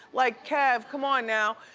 like, kev, come on now.